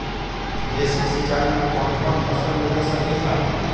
Basin सिंचाई हम कौन कौन फसल में दे सकली हां?